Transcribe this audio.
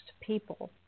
people